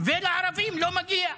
ולערבים לא מגיע,